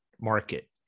market